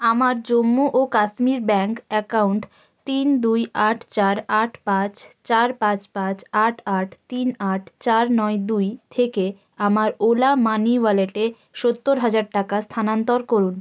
আমার জম্মু ও Kashmir bank account তিন দুই আট চার আট পাঁচ চার পাঁচ পাঁচ আট আট তিন আট চার নয় দুই থেকে আমার ওলা মানি ওয়ালেটে সত্তর হাজার টাকা স্থানান্তর করুন